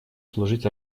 служить